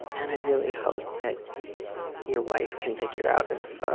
and i really hope that your wife can figure out if